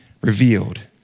revealed